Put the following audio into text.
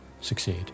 succeed